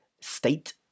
state